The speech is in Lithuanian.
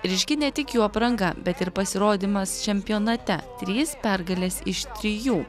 ryški ne tik jų apranga bet ir pasirodymas čempionate trys pergalės iš trijų